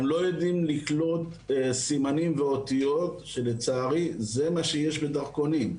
הם לא יודעים לקלוט סימנים ואותיות שלצערי זה מה שיש בדרכונים.